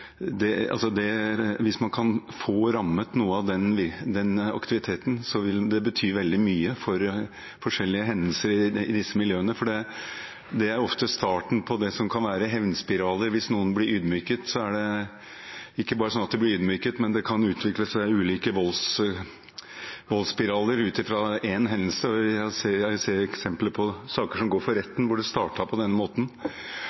hvis man kan få rammet noe av den aktiviteten, vil det bety veldig mye for forskjellige hendelser i disse miljøene, for dette er ofte starten på hevnspiraler. Hvis noen blir ydmyket, blir de ikke bare ydmyket, men det kan utvikle seg ulike voldsspiraler ut fra én hendelse. Jeg ser eksempler på det i saker som går for